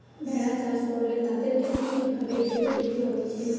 ভেড়া চাষ করলে তাদেরকে ঠিক ভাবে খেতে দিতে হতিছে